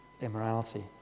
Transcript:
immorality